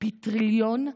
פי טריליון,